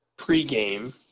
Pre-game